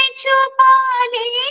chupali